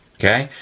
okay?